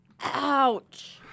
ouch